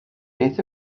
beth